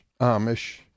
Amish